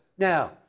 Now